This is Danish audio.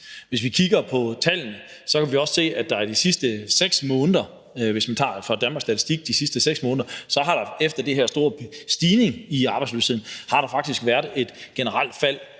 Hvis vi kigger på tallene, kan vi også se, at der de sidste 6 måneder – hvis man tager tal fra Danmarks Statistik fra de sidste 6 måneder – efter den her store stigning i arbejdsløsheden faktisk har været et generelt fald